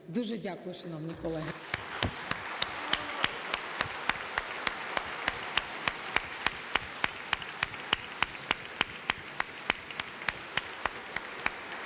Дуже дякую, шановні колеги.